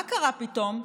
מה קרה פתאום?